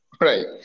right